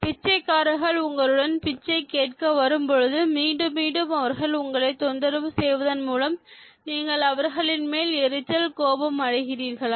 பிச்சைக்காரர்கள் உங்களுடன் பிச்சை கேட்க வரும் பொழுது மீண்டும் மீண்டும் அவர்கள் உங்களை தொந்தரவு செய்வதன் மூலம் நீங்கள் அவர்களின் மேல் எரிச்சல் கோபம் அடைகிறீர்களா